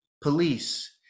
police